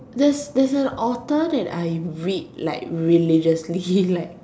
there's there's an author that I read like religiously like